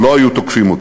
לא היו תוקפים אותי.